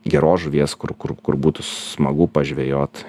geros žuvies kur kur kur būtų smagu pažvejot